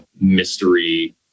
mystery